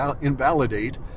invalidate